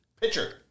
pitcher